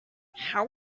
how